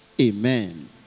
Amen